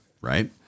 Right